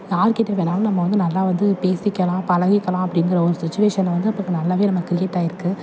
யார்கிட்ட வேணுணாலும் நம்ம வந்து நல்லா வந்து பேசிக்கலாம் பழகிக்கலாம் அப்படிங்கிற ஒரு சுச்சுவேஷனை வந்து இப்போ நல்லாவே நமக்கு க்ரியேட் ஆகிருக்கு